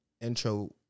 intro